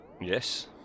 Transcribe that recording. Yes